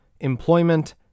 employment